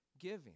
Giving